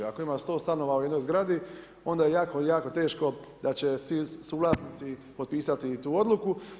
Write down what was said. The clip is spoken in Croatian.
Ako ima 100 stanova u jednoj zgradi, onda je jako, jako teško da će svi suvlasnici potpisati tu odluku.